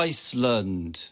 Iceland